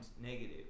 negative